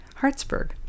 hartsburg